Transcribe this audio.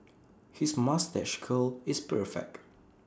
his moustache curl is perfect